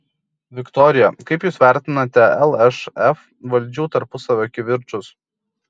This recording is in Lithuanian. viktorija kaip jūs vertinate lšf valdžių tarpusavio kivirčus